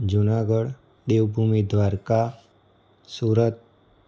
Junagadh Devbhumi Dwarka Surat